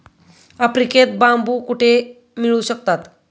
आफ्रिकेत बांबू कुठे मिळू शकतात?